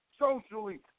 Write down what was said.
socially